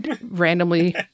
randomly